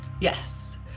yes